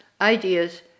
ideas